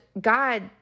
God